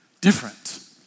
different